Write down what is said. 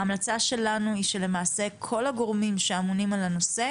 ההמלצה שלנו היא שכל הגורמים שאמונים על הנושא